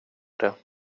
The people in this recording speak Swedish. det